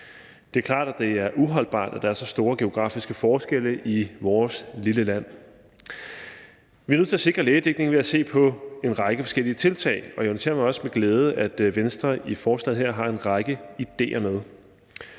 Det er klart, at det er uholdbart, at der er så store geografiske forskelle i vores lille land. Vi er nødt til at sikre lægedækningen ved at se på en række forskellige tiltag, og jeg noterer mig også med glæde, at Venstre i forslaget her har en række idéer med.